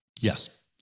Yes